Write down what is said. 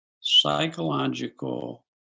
psychological